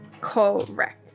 Correct